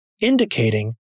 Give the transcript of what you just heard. indicating